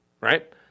right